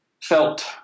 felt